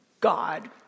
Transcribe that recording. God